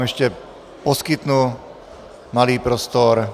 Ještě vám poskytnu malý prostor.